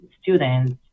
students